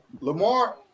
Lamar